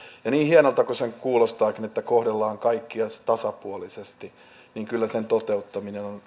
ja niin hienolta kuin se kuulostaakin että kohdellaan kaikkia tasapuolisesti niin kyllä sen toteuttaminen on